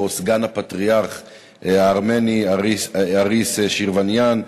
סגן הפטריארך הארמני אריס שירוואניאן,